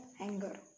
anger